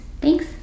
Thanks